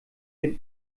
dem